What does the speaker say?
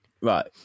Right